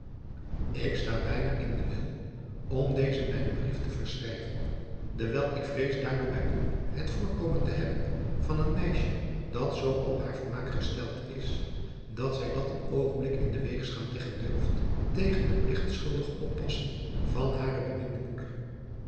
ik sta bijna in den wil om dezen mijnen brief te verschrijven dewijl ik vrees daardoor bij u het voorkomen te je hebben van een meisje dat zoo op haar vermaak gesteld is dat zij dat een oogenblik in de weegschaal leggen durft tegen de pligtschuldige oppassing van hare beminde moeder